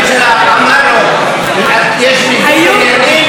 כאשר היועץ המשפטי לממשלה אמר לו שיש ניגוד עניינים,